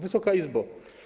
Wysoka Izbo!